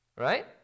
right